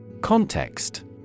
Context